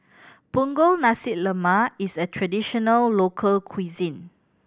Punggol Nasi Lemak is a traditional local cuisine